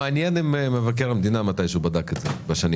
מעניין אם מבקר המדינה מתישהו בדק את זה בשנים